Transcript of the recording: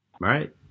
Right